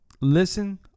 listen